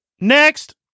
Next